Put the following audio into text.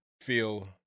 feel